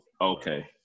Okay